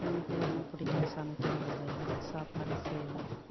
எனக்கு ரொம்ப பிடிக்கும் சமைக்கிற வேலையெல்லாம் சாப்பாடு செய்வேன்